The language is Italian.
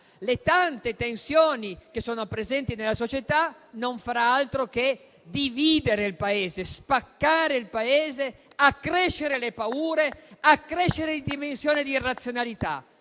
le tante tensioni che sono presenti nella società, non farà altro che dividere il Paese, spaccare il Paese, accrescere le paure, accrescere la dimensione di irrazionalità.